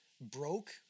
broke